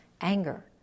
anger